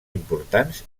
importants